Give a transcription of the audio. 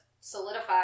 solidify